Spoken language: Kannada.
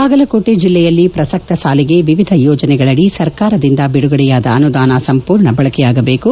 ಬಾಗಲಕೋಟೆ ಜಲ್ಲೆಯಲ್ಲಿ ಪ್ರಸಕ್ತ ಸಾಲಿಗೆ ವಿವಿಧ ಯೋಜನೆಗಳಡಿ ಸರಕಾರದಿಂದ ಬಿಡುಗಡೆಯಾದ ಅನುದಾನ ಸಂಪೂರ್ಣ ಬಳಕೆಯಾಗಬೇಕು